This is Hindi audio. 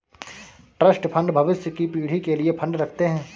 ट्रस्ट फंड भविष्य की पीढ़ी के लिए फंड रखते हैं